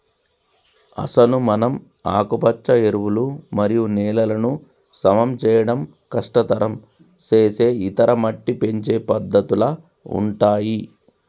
అసలు మనం ఆకుపచ్చ ఎరువులు మరియు నేలలను సమం చేయడం కష్టతరం సేసే ఇతర మట్టి పెంచే పద్దతుల ఉంటాయి